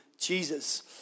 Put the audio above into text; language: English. Jesus